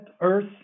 earth